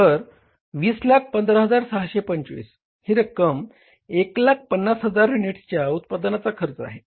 2015625 ही रक्कम 150000 युनिट्सच्या उत्पादनाचा खर्च आहे